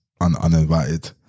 uninvited